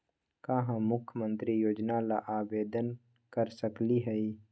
का हम मुख्यमंत्री योजना ला आवेदन कर सकली हई?